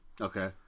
Okay